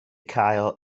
cael